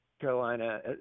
Carolina